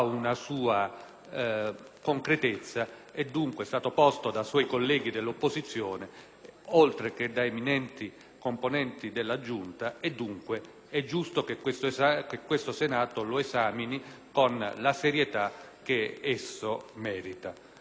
sua concretezza ed è stato posto da suoi colleghi dell'opposizione, oltre che da eminenti componenti della Giunta, e dunque è giusto che questo Senato lo esamini con la serietà che esso merita.